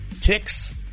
ticks